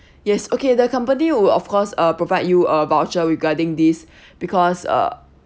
yes okay the company will of course uh provide you a voucher regarding this because uh